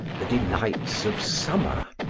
the delights of summer,